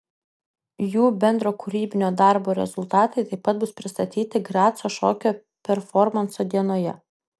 jų bendro kūrybinio darbo rezultatai taip pat bus pristatyti graco šokio performanso dienoje